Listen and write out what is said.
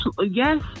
yes